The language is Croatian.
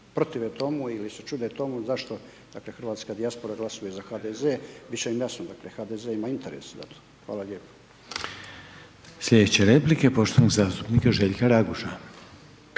protive tome ili se čudu tomu, zašto hrvatska dijaspora glasuje za HDZ, biti će im jasno, da HDZ ima interes. Hvala lijepo.